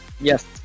Yes